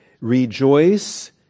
Rejoice